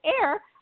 air